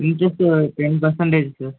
interest ஒரு ten percentage sir